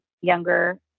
younger